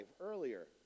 earlier